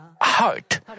heart